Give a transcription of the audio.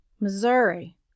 Missouri